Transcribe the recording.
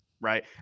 right